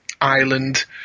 island